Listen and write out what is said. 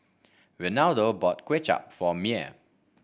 Renaldo bought Kuay Chap for Myer